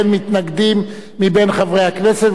אין מתנגדים בין חברי הכנסת,